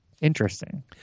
interesting